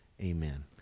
Amen